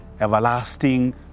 everlasting